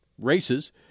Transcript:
races